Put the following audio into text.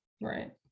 Right